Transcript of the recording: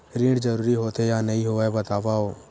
ऋण जरूरी होथे या नहीं होवाए बतावव?